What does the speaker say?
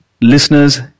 listeners